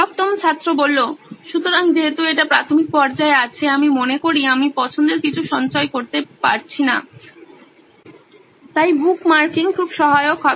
সপ্তম ছাত্র সুতরাং যেহেতু এটি প্রাথমিক পর্যায়ে আছে আমি মনে করি আমি পছন্দের কিছু সঞ্চয় করতে পারছি না তাই বুকমার্কিং খুব সহায়ক হবে